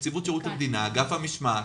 נציבות שירות המדינה, אגף המשמעת,